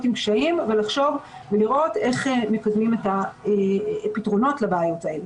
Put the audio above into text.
עם קשיים ולחשוב ולראות איך מקדמים את הפתרונות לבעיות הללו.